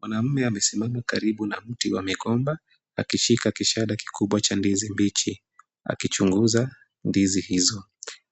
Mwanaume amesimama karibu na mti wa migomba akishika kishada kikubwa cha ndizi mbichi akichunguza ndizi hizo.